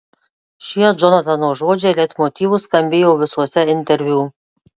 šie džonatano žodžiai leitmotyvu skambėjo visuose interviu